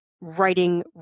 writing